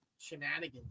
shenanigans